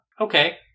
Okay